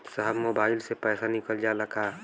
साहब मोबाइल से पैसा निकल जाला का?